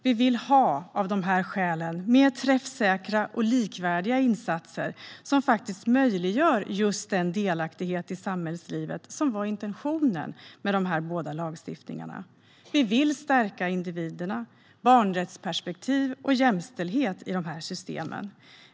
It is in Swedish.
Vi vill av de här skälen ha mer träffsäkra och likvärdiga insatser som faktiskt möjliggör just den delaktighet i samhällslivet som var intentionen med de båda lagstiftningarna. Vi vill stärka individerna, barnrättsperspektivet och jämställdheten i dessa system.